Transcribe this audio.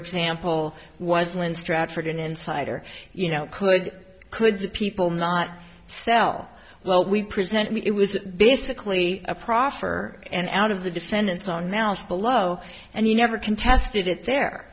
example was when stratford an insider you know could could see people not sell well we present it was basically a proffer and out of the defendant's own mouth below and you never contested it there